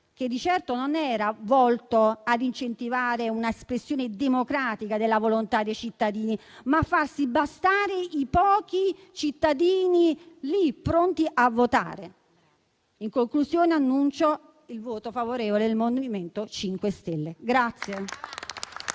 era volto infatti non ad incentivare un'espressione democratica della volontà dei cittadini, ma a farsi bastare i pochi cittadini pronti a votare. In conclusione annuncio il voto favorevole del MoVimento 5 Stelle.